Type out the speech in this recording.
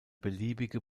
beliebige